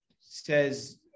says